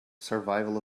survival